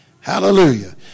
Hallelujah